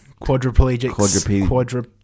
quadriplegics